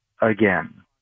again